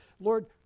Lord